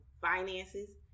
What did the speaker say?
finances